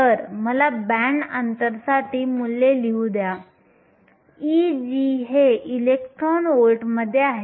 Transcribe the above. तर मला बँड अंतरसाठी मूल्ये लिहू द्या Eg हे इलेक्ट्रॉन व्होल्ट्समध्ये आहे